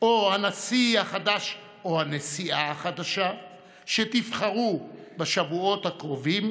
או מהנשיא החדש או הנשיאה החדשה שתבחרו בשבועות הקרובים